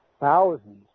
thousands